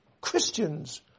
Christians